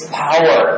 power